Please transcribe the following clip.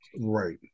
Right